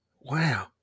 Wow